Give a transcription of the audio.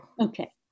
Okay